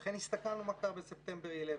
ולכן הסתכלנו מה קרה ב-September 11,